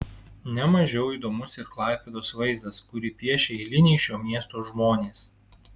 ne mažiau įdomus ir klaipėdos vaizdas kurį piešia eiliniai šio miesto žmonės